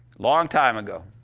long time ago,